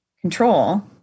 control